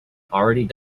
already